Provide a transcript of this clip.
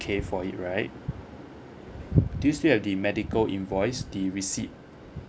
K for it right do you still have the medical invoice the receipt